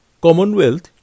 Commonwealth